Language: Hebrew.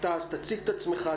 תציג את עצמך,